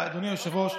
אדוני היושב-ראש,